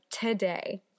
today